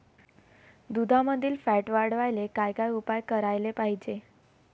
दुधामंदील फॅट वाढवायले काय काय उपाय करायले पाहिजे?